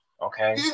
okay